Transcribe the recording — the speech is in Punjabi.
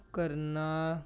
ਕਰਨਾ